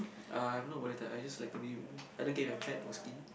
uh I have no body type I just like to be lea I don't care if I'm fat or skinny